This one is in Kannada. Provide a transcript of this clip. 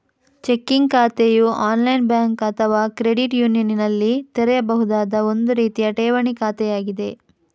ಚೆಕ್ಕಿಂಗ್ ಖಾತೆಯು ಆನ್ಲೈನ್ ಬ್ಯಾಂಕ್ ಅಥವಾ ಕ್ರೆಡಿಟ್ ಯೂನಿಯನಿನಲ್ಲಿ ತೆರೆಯಬಹುದಾದ ಒಂದು ರೀತಿಯ ಠೇವಣಿ ಖಾತೆಯಾಗಿದೆ